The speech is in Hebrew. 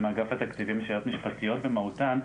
מאגף תקציבים הן שאלות משפטיות במהותן,